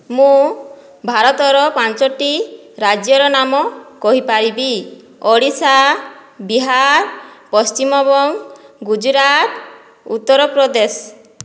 ମୁଁ ଭାରତର ପାଞ୍ଚଟି ରାଜ୍ୟର ନାମ କହିପାରିବି ଓଡ଼ିଶା ବିହାର ପଶ୍ଚିମବଙ୍ଗ ଗୁଜୁରାଟ ଉତ୍ତରପ୍ରଦେଶ